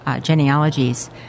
genealogies